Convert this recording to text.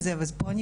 אבל זה על